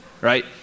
right